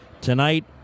Tonight